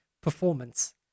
performance